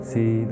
See